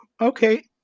Okay